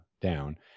down